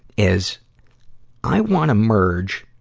is i wanna merge,